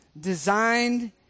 designed